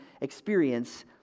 experience